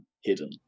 hidden